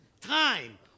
time